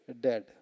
dead